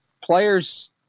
players